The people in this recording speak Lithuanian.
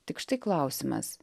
tik štai klausimas